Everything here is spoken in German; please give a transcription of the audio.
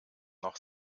noch